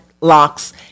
locks